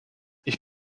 ich